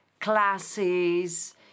classes